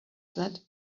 that